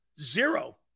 Zero